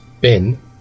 bin